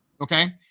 okay